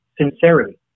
sincerity